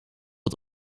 het